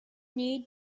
need